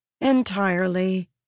Entirely